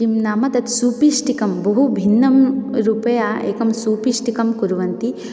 किं नाम तत् सुपिष्टिकं बहु भिन्नं रूपया एकं सुपिष्टिकं कुर्वन्ति